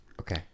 Okay